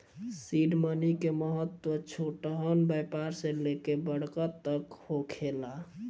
seed money के महत्व छोटहन व्यापार से लेके बड़का तक होखेला